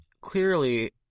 clearly